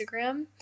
Instagram